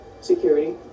Security